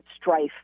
strife